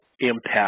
Impact